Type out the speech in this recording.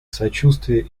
сочувствие